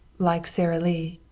like sara lee,